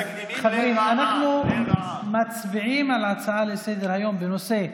חברים, אנחנו מצביעים על הצעה לסדר-היום בנושא: